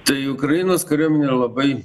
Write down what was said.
tai ukrainos kariuomenė labai